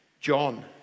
John